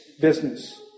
business